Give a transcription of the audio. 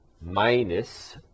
minus